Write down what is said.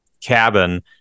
cabin